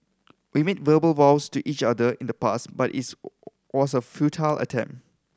we made verbal vows to each other in the past but it's was a futile attempt